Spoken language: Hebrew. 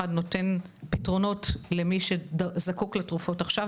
נותן פתרונות למי שזקוק לתרופות עכשיו,